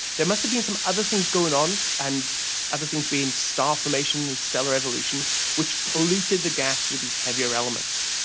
there must've been some other things going on and other things being star formation and stellar evolution which polluted the gas with these heavier elements.